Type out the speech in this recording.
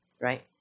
Right